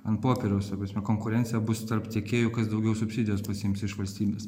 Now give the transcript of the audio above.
ant popieriaus ta prasme konkurencija bus tarp tiekėjų kas daugiau subsidijos pasiims iš valstybės